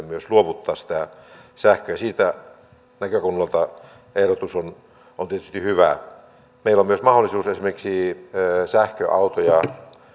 myös luovuttaa sitä sähköä siitä näkökulmasta ehdotus on on tietysti hyvä meillä on myös mahdollisuus esimerkiksi sähköautoja